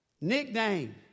nickname